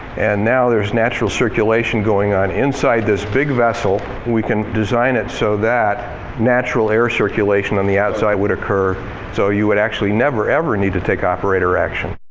and now there's natural circulation going on inside this big vessel. we can design it so that natural air circulation on the outside would occur so you would never, ever need to take operator action.